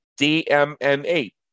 DMN8